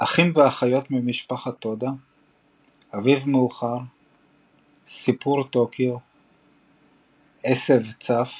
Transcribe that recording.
אחים ואחיות ממשפחת טודה אביב מאוחר סיפור טוקיו עשב צף